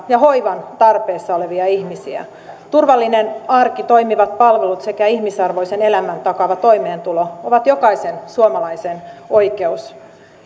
ja hoivan tarpeessa olevia ihmisiä turvallinen arki toimivat palvelut sekä ihmisarvoisen elämän takaava toimeentulo ovat jokaisen suomalaisen oikeus